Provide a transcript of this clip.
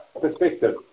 perspective